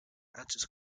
answers